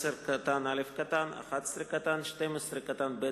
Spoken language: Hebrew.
(10)(א), (11), (12)(ב),